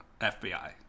FBI